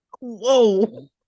Whoa